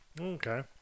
Okay